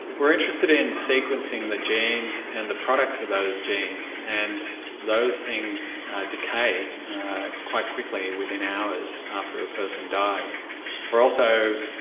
we're interested in sequencing the genes and the products of those genes, and those things decay quite quickly within hours after a person dies. we are also